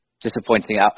disappointing